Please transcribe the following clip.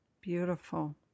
Beautiful